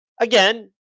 again